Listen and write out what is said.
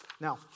Now